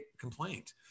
complaint